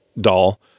doll